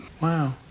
Wow